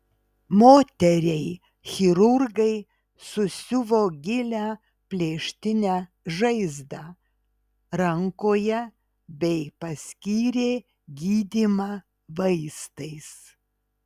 moteriai chirurgai susiuvo gilią plėštinę žaizdą rankoje bei paskyrė gydymą vaistais